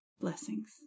Blessings